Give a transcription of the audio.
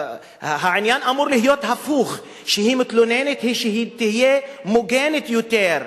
העניין אמור להיות הפוך: כשהיא מתלוננת היא תהיה מוגנת יותר.